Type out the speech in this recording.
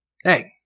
hey